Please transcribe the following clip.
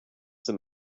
them